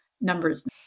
numbers